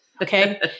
Okay